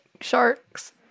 sharks